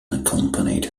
accompanied